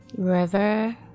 River